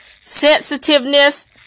sensitiveness